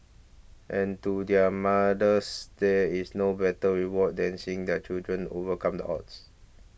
and to their mothers there is no better reward than seeing their children overcome the odds